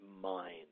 mind